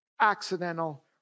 accidental